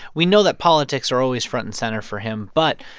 we know that politics are always front and center for him, but,